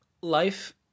Life